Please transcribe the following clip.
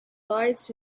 lights